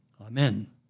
Amen